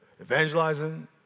Evangelizing